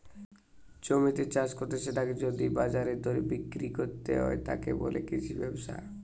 জমিতে চাষ কত্তে সেটাকে যদি বাজারের দরে বিক্রি কত্তে যায়, তাকে বলে কৃষি ব্যবসা